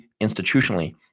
institutionally